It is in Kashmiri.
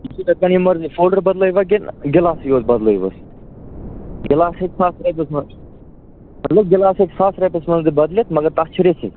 یہِ چھُ تۄہہِ پَنٕنۍ مَرضی فوٚلڈَر بَدلٲوا کِنہٕ گِلاسٕے یوت بَدلٲیہوٗس گِلاس ہیٚکہِ ساسَس رۄپِیَس منٛز مَطلَب گِلاس ہیٚکہِ ساسَس رۄپیَس منٛز تہِ بَدلِتھ مگر تَتھ چھِ رِسٕک